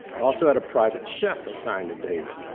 also had a private chef assigned to david.